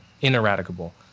ineradicable